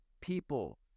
people